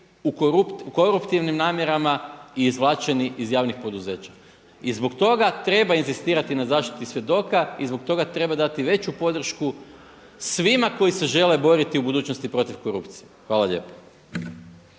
u koruptivnim namjerama i izvlačeni iz javnih poduzeća i zbog toga treba inzistirati na zaštiti svjedoka i zbog toga treba dati veću podršku svima koji se žele boriti u budućnosti protiv korupcije. Hvala lijepa.